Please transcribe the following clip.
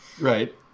right